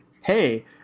Hey